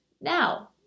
Now